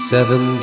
Seven